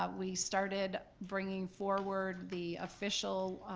ah we started bringing forward the official